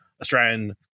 australian